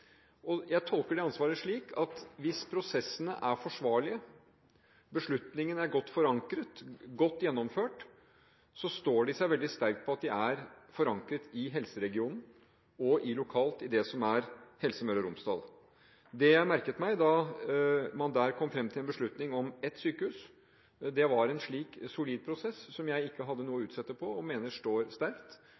Jeg tolker det ansvaret slik at hvis prosessene er forsvarlige, beslutningene godt forankret og godt gjennomført, står de seg veldig sterkt på at de er forankret i helseregionen og lokalt i det som er Helse Møre og Romsdal. Det jeg merket meg da man der kom fram til en beslutning om ett sykehus, var en slik solid prosess som jeg ikke hadde noe å utsette på og mener står sterkt.